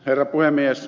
herra puhemies